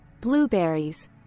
blueberries